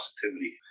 positivity